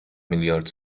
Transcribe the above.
میلیارد